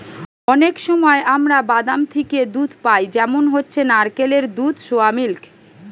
অনেক সময় আমরা বাদাম থিকে দুধ পাই যেমন হচ্ছে নারকেলের দুধ, সোয়া মিল্ক